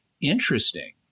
interesting